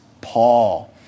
Paul